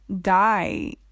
die